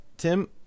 Tim